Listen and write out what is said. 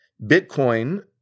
Bitcoin